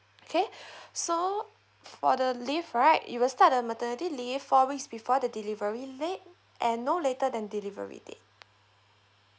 okay so for the leave right it will start the maternity leave four weeks before the delivery date and no later than the delivery date